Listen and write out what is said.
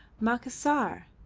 macassar!